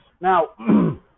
Now